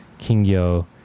Kingyo